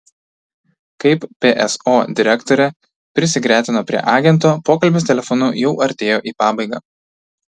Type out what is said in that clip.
kai pso direktorė prisigretino prie agento pokalbis telefonu jau artėjo į pabaigą